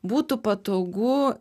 būtų patogu